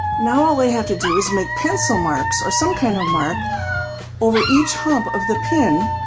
now all we have to do is make pencil marks or some kind of mark over each hump of the pin